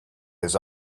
his